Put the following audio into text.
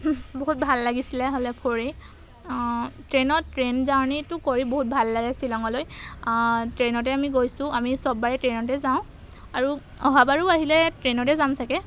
বহুত ভাল লাগিছিলে হ'লে ফুৰি ট্ৰেইনত ট্ৰেইন জাৰ্ণিটো কৰি বহুত ভাল লাগে শ্বিলঙলৈ ট্ৰেইনতে আমি গৈছোঁ আমি চববাৰে ট্ৰেইনতে যাওঁ আৰু অহাবাৰো আহিলে ট্ৰেইনতে যাম চাগৈ